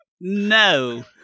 No